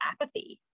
apathy